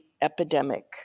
epidemic